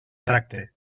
tracte